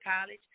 college